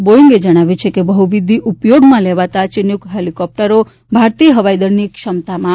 બોઇંગે જણાવ્યું છે કે બહુવિધ ઉપયોગમાં લેવાતા ચિનુક હેલીકોપ્ટરો ભારતીય હવાઇદળની ક્ષમતામાં વધારો કરશે